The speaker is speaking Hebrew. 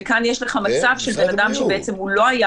-- וכאן יש לך מצב של בן אדם שבעצם הוא לא היה